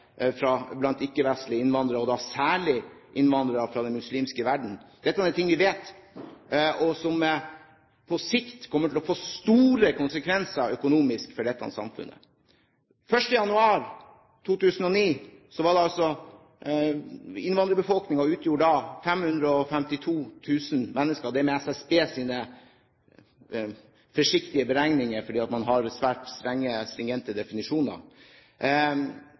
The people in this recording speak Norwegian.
blant ikke-vestlige innvandrere, og da særlig innvandrere fra den muslimske verden. Dette er ting vi vet, og som på sikt kommer til å få store konsekvenser økonomisk for dette samfunnet. Den 1. januar 2009 utgjorde innvandrerbefolkningen 552 000 mennesker, ifølge SSBs forsiktige beregninger, fordi man har svært stringente definisjoner.